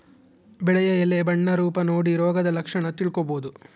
ಬೆಳೆಯ ಎಲೆ ಬಣ್ಣ ರೂಪ ನೋಡಿ ರೋಗದ ಲಕ್ಷಣ ತಿಳ್ಕೋಬೋದು